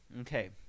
Okay